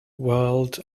world